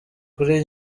kuri